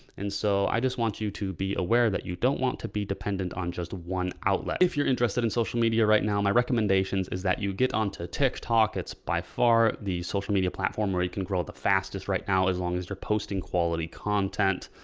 and so i just want you to be aware that you don't want to be dependent on just one outlet. if you're interested in social media right now, my recommendations is that you get onto tik tok it's by far the social media platform where you can grow the fastest right now, as long as you're posting quality content,